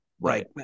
Right